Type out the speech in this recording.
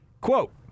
Quote